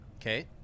Okay